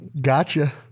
Gotcha